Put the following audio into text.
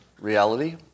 reality